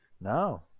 No